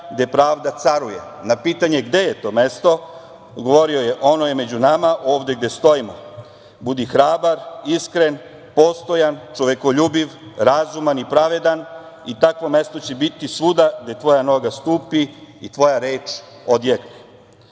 gde pravda caruje". Na pitanje - gde je to mesto, odgovorio je: "Ono je među nama, ovde gde stojimo. Budi hrabar, iskren, postojan, čovekoljubiv, razuman i pravedan i takvo mesto će biti svuda gde tvoja noga stupi i tvoja reč odjekne."